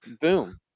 Boom